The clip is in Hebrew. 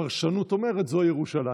שהפרשנות אומרת: זו ירושלים.